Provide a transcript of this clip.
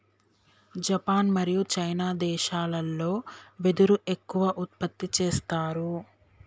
Japan మరియు China దేశాలల్లో వెదురు ఎక్కువ ఉత్పత్తి చేస్తారు